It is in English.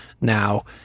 now